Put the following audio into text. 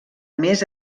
més